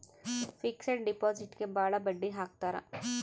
fixed ಡಿಪಾಸಿಟ್ಗೆ ಭಾಳ ಬಡ್ಡಿ ಹಾಕ್ತರ